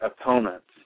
opponents